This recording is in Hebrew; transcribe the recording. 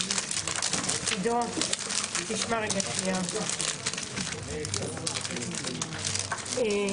הישיבה ננעלה בשעה 14:00.